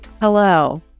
Hello